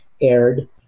aired